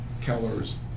Keller's